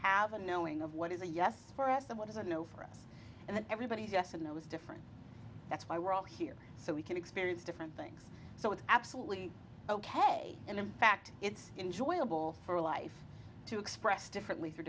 have a knowing of what is a yes for us of what is a know for us and everybody is us and it was different that's why we're all here so we can experience different things so it's absolutely ok and in fact it's enjoyable for life to express differently for